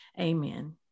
Amen